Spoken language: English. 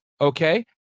okay